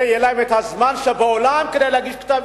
כל הזמן שבעולם כדי להגיש כתב-אישום.